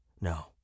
No